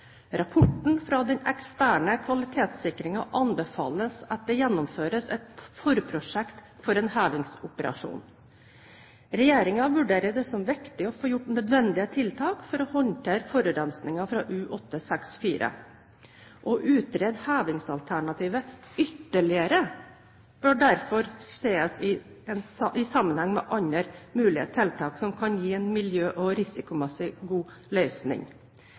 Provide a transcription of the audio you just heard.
fra den eksterne kvalitetssikringen anbefaler at det gjennomføres et forprosjekt for en hevingsoperasjon. Regjeringen vurderer det som viktig å få gjort nødvendige tiltak for å håndtere forurensningen fra U-864. Å utrede hevingsalternativet ytterligere bør derfor sees i sammenheng med andre mulige tiltak som kan gi en miljø- og risikomessig god løsning.